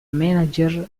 manager